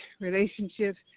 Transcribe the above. relationships